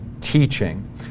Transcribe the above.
teaching